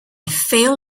feel